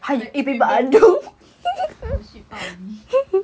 还有一杯 bandung oh shit out already